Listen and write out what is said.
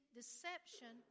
deception